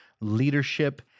leadership